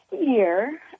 year